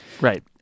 Right